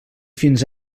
fins